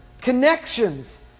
connections